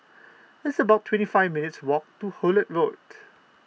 it's about twenty five minutes' walk to Hullet Road